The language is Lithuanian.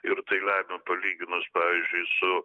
ir tai lemia palyginus pavyzdžiui su